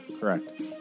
Correct